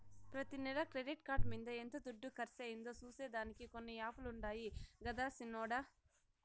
ప్రతి నెల credit card మింద ఎంత దుడ్డు కర్సయిందో సూసే దానికి కొన్ని యాపులుండాయి గదరా సిన్నోడ